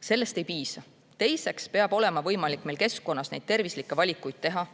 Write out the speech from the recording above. Sellest ei piisa! Teiseks peab olema võimalik meil keskkonnas tervislikke valikuid teha.